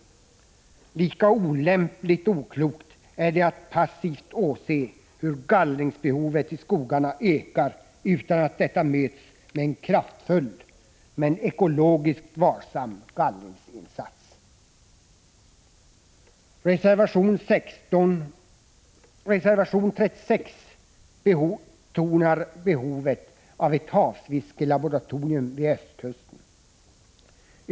Lika olämpligt och oklokt är det att passivt åse hur gallringsbehovet i skogarna ökar, utan att detta möts med en kraftfull men ekologiskt varsam gallringsinsats. I reservation 36 betonas behovet av ett havsfiskelaboratorium vid ostkusten.